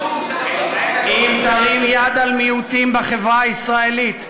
אם תרים יד על מיעוטים בחברה הישראלית,